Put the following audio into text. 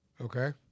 Okay